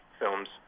films